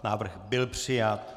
Návrh byl přijat.